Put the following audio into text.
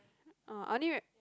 uh I only re~